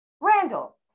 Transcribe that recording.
Randall